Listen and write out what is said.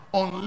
on